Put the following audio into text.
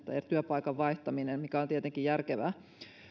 työpaikan vaihtaminen mikä on tietenkin järkevää